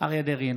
אריה מכלוף דרעי,